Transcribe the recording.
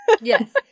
Yes